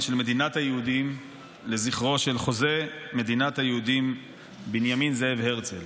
של מדינת היהודים לזכרו של חוזה מדינת היהודים בנימין זאב הרצל.